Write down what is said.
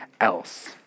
else